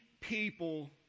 people